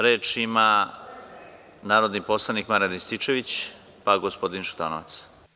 Reč ima narodni poslanik Marijan Rističević, pa gospodin Šutanovac.